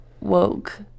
woke